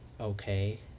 okay